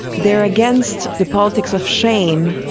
they are against the politics of shame,